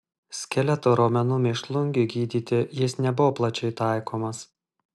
skeleto raumenų mėšlungiui gydyti jis nebuvo palčiai taikomas